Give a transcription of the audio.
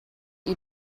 you